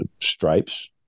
stripes